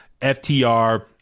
FTR